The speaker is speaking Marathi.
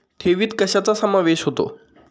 ठेवीत कशाचा समावेश होतो?